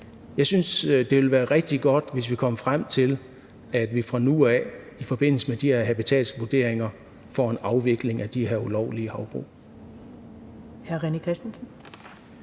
jeg synes, det ville være rigtig godt, hvis vi kom frem til, at vi fra nu af i forbindelse med de her habitatsvurderinger får en afvikling af de her ulovlige havbrug.